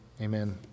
Amen